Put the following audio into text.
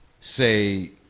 say